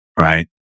right